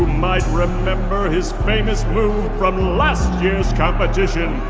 might remember his famous move from last year's competition,